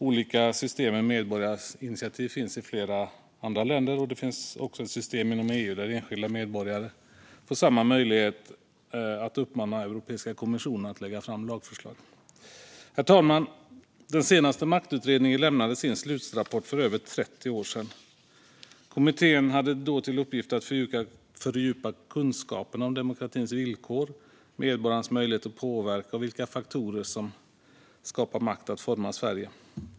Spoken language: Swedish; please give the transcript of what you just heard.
Olika system med medborgarinitiativ finns i flera andra länder, och det finns också ett system inom EU där enskilda medborgare får samma möjlighet att uppmana Europeiska kommissionen att lägga fram lagförslag. Herr talman! Den senaste maktutredningen lämnade sin slutrapport för över 30 år sedan. Kommittén hade till uppgift att fördjupa kunskaperna om demokratins villkor, medborgarnas möjligheter att påverka och vilka faktorer som skapar makt att forma Sverige.